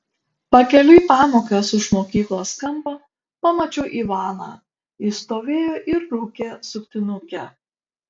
pakeliui į pamokas už mokyklos kampo pamačiau ivaną jis stovėjo ir rūkė suktinukę